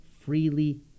freely